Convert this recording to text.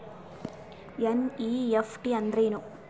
NEFT ಅಂದ್ರೆನು?